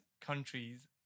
countries